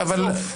סוף.